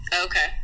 Okay